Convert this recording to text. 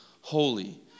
holy